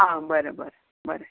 आं बरें बरें बरें